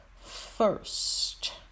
first